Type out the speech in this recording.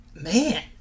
man